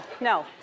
No